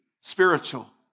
spiritual